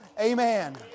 Amen